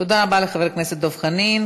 תודה רבה לחבר הכנסת דב חנין.